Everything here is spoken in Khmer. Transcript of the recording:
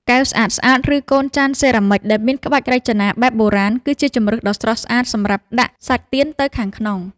កែវស្អាតៗ ឬកូនចានសេរ៉ាមិចដែលមានក្បាច់រចនាបែបបុរាណ គឺជាជម្រើសដ៏ស្រស់ស្អាតសម្រាប់ដាក់សាច់ទៀនទៅខាងក្នុង។